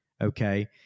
Okay